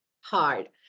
hard